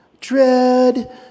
dread